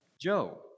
Joe